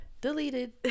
deleted